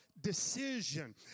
decision